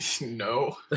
no